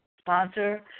sponsor